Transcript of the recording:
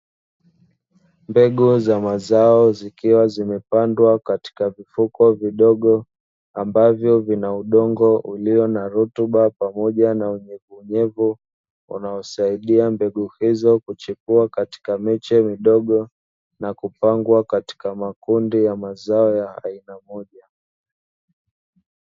Mbegu za mazao zikiwa zimepandwa katika mifuko midogo ambavyo vina udongo ulio na rutuba pamoja na unyevunyevu, unaosaidia mbegu hizo kuchipua katika miche midogo na kupangwa katika makundi ya mazao ya aina moja.